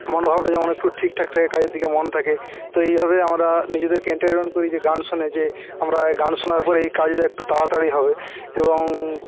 মনোভাবটা যেমন একটু ঠিকঠাক থাকে কাজের দিকে মন থাকে তো এইভাবেই আমরা নিজেদেরকে এন্টারটেনমেন্ট করি যে গান শুনে যে আমরা গান শোনার পর এই কাজটা একটু তাড়াতাড়ি হবে এবং